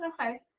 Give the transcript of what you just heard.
Okay